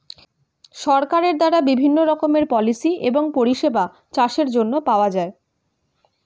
সরকারের দ্বারা বিভিন্ন রকমের পলিসি এবং পরিষেবা চাষের জন্য পাওয়া যায়